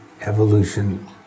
evolution